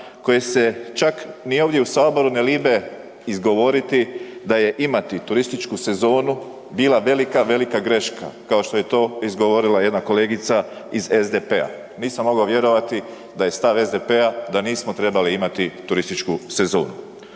koje se čak ni ovdje u Saboru ne libe izgovoriti da je imati turističku sezonu bila velika, velika greška, kao što je to izgovorila jedna kolegica iz SDP-a. nisam mogao vjerovati da je stav SDP-a da nismo trebali imati turističku sezonu.